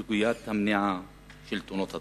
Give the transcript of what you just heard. בסוגיית המניעה של תאונות הדרכים,